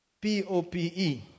P-O-P-E